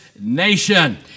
nation